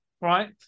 Right